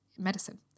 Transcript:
medicine